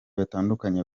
batandukanye